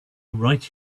right